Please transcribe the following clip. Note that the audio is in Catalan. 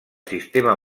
sistema